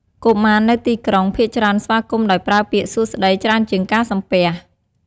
កុមារនៅទីក្រុង ភាគច្រើនស្វាគមន៍ដោយប្រើពាក្យ "សួស្តី" ច្រើនជាងការសំពះ។